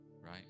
right